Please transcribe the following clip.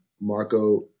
Marco